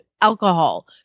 alcohol